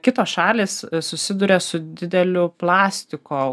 kitos šalys susiduria su dideliu plastiko